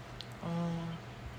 orh